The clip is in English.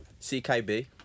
CKB